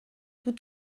tous